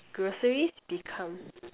groceries become